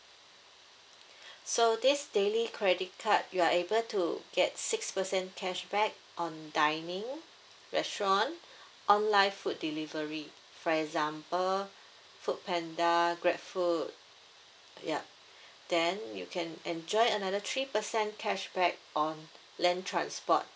so this daily credit card you are able to get six percent cashback on dining restaurant online food delivery for example food panda grab food ya then you can enjoy another three percent cashback on land transport